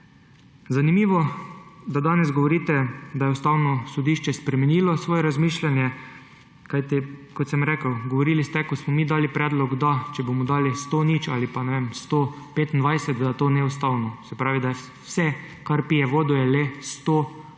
Zanimivo, da danes govorite, da je Ustavno sodišče spremenilo svoje razmišljanje. Kajti, kot sem rekel, govorili ste, ko smo mi dali predlog, da bomo dali 100 : 0 ali pa 100 : 25, da je to neustavno. Se pravi, da je vse, kar pije vodo, le 100 plus